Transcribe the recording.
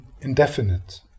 indefinite